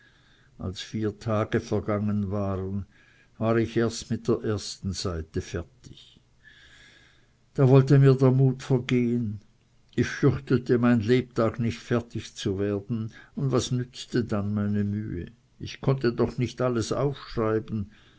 als vier tage vergangen waren war ich erst mit der ersten seite fertig da wollte mir der mut vergehen ich fürchtete mein lebtag nicht fertig zu werden und was nützte dann meine mühe ich konnte doch nicht alles aufschreiben